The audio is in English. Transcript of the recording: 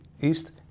East